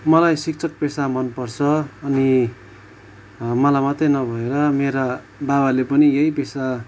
मलाई शिक्षक पेसा मनपर्छ अनि मलाई मात्रै नभएर मेरा बाबाले पनि यही पेसा